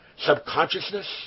subconsciousness